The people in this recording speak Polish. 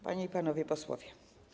Panie i Panowie Posłowie!